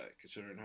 considering